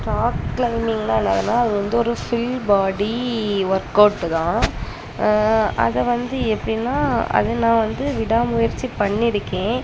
rock க்ளைம்பிங்னால் என்னாதுன்னால் அது வந்து ஒரு ஃபில் பாடி ஒர்க்அவுட்டு தான் அதை வந்து எப்படின்னா அது நான் வந்து விடாமுயற்சி பண்ணியிருக்கேன்